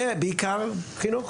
ובעיקר חינוך.